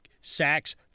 sacks